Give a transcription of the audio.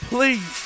Please